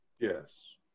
Yes